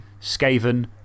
Skaven